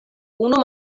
unu